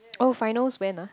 oh finals when ah